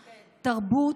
תרבות,